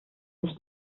sich